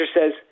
says